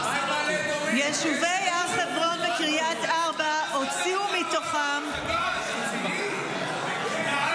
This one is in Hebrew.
יישובי הר חברון וקריית ארבע הוציאו מתוכם גיבורים רבים.